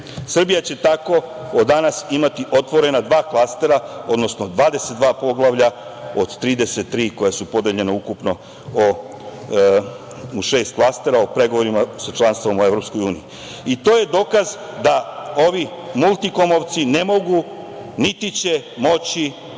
Srbija će tako od danas imati otvorena dva klastera, odnosno 22 poglavlja od 33 koja su podeljena ukupno u šest klastera u pregovorima za članstvo u EU. To je dokaz da ovi multikomovci ne mogu, niti će moći